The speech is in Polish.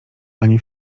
ani